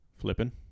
Flipping